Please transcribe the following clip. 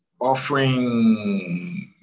offering